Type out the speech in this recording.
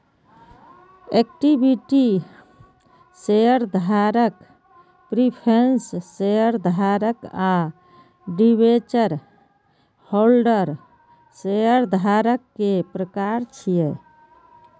equity शेयरधारक, preference शेयरधारक आ डिवेंचर होल्डर शेयरधारक के प्रकार छियै